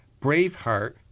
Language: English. Braveheart